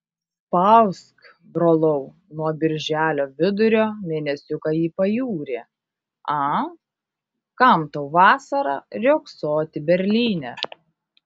spausk brolau nuo birželio vidurio mėnesiuką į pajūrį a kam tau vasarą riogsoti berlyne